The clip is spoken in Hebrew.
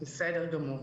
קודם כול,